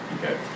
Okay